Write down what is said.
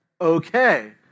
okay